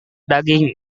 daging